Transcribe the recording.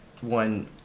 one